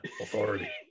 authority